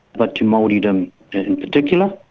but to maoridom in particular.